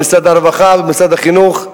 במשרד הרווחה ובמשרד החינוך.